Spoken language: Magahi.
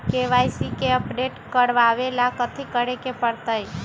के.वाई.सी के अपडेट करवावेला कथि करें के परतई?